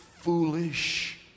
foolish